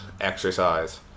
exercise